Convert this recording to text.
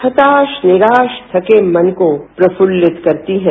हताश निराश थके मन को प्रफूल्लित करती हैं